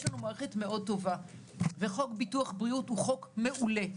יש לנו מערכת מאוד טובה וחוק ביטוח בריאות הוא חוק מעולה.